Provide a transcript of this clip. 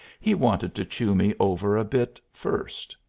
he wanted to chew me over a bit first.